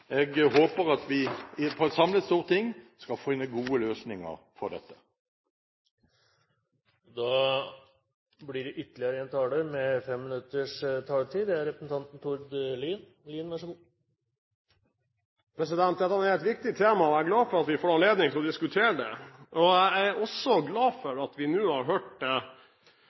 på. Jeg håper at et samlet storting skal finne gode løsninger for dette. Dette er et viktig tema, og jeg er glad for at vi får anledning til å diskutere det. Jeg er også glad for at vi nå har hørt til sammen godt over en halv time med innlegg fra rød-grønne politikere uten at – så vidt jeg har fått med meg, og det